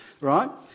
right